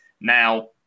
Now